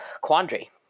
quandary